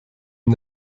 ihm